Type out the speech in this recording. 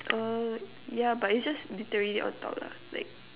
uh yeah but is just literally on top lah like